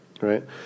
right